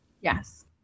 Yes